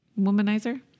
womanizer